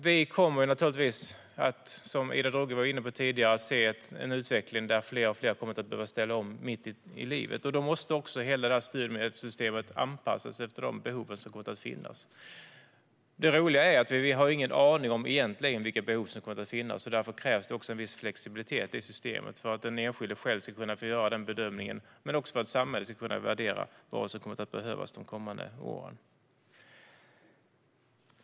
Vi kommer naturligtvis, som Ida Drougge var inne på tidigare, att se en utveckling där fler och fler kommer att behöva ställa om mitt i livet. Då måste också hela studiemedelssystemet anpassas till de behov som kommer att finnas. Det roliga är att vi egentligen inte har en aning om vilka behov som kommer att finnas, och därför krävs en viss flexibilitet i systemet så att den enskilde själv ska kunna få göra bedömningen men också för att samhället ska kunna värdera vad som kommer att behövas de kommande åren.